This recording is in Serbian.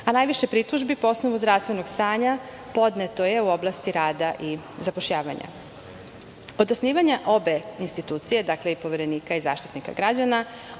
Najviše pritužbi po osnovu zdravstvenog stanja podneto je u oblasti rada i zapošljavanja. Od osnivanja obe institucije, dakle i Poverenika i Zaštitnika građana,